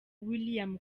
william